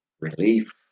relief